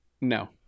No